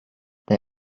they